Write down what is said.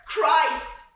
Christ